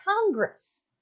Congress